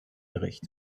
bericht